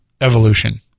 evolution